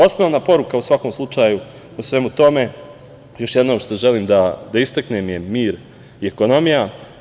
Osnovna poruka, u svakom slučaju, u svemu tome, još jednom što želim da istaknem je mir i ekonomija.